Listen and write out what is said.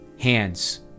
hands